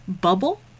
bubble